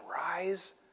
rise